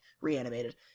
reanimated